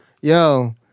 Yo